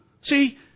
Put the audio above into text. See